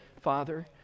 father